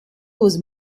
was